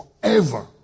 forever